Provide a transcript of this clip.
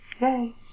Yay